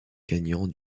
gagnant